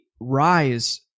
rise